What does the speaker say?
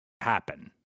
happen